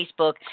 Facebook